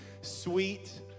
sweet